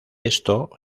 esto